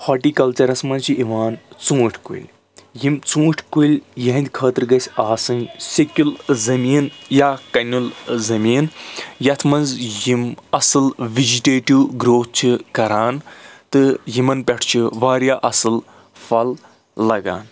ہارٹِی کَلچرَس منٛز چھِ یِوان ژوٗنٛٹھۍ کُلۍ یِم ژوٗنٛٹھۍ کُلۍ یِہٕنٛدِ خٲطرٕ گژھِ آسٕنۍ سِکِل زمیٖن یا کَنِٮُ۪ل زمیٖن یتھ منٛز یِم اَصٕل وَجَٹَیٹِو گروٕتھ چھِ کران تہٕ یِمَن پؠٹھ چھِ واریاہ اَصٕل پھَل لَگان